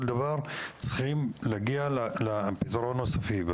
דבר אנחנו צריכים להגיע לפתרון הסופי.